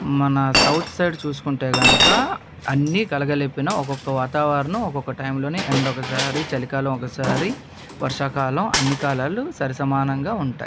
మన south side చూసుకుంటే కనుక అన్నీ కలగలిపిన ఒక్కొక్క వాతావరణం ఒక్కొక్క టైంలోనే ఎండ ఒకసారి చలికాలం ఒకసారి వర్షాకాలం అన్నీ కాలాలు సరిసమానంగా ఉంటాయి